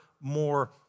more